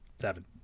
Seven